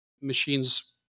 machines